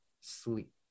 sleep